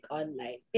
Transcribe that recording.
online